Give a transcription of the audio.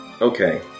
Okay